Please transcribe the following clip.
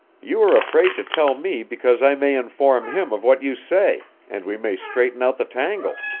you are afraid to tell me because i may inform him of what you say, and we may straighten out the tangle?